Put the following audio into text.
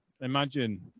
imagine